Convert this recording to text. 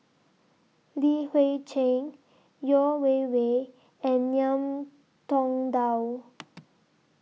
Li Hui Cheng Yeo Wei Wei and Ngiam Tong Dow